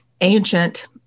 ancient